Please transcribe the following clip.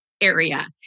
area